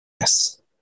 Yes